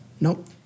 Nope